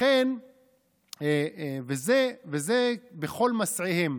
וזה "בכל מסעיהם".